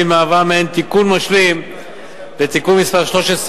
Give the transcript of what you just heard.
והיא מהווה מעין תיקון משלים לתיקון מס' 13